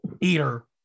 eater